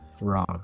Wrong